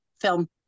film